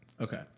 Okay